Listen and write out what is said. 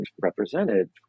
represented